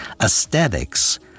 aesthetics